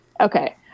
Okay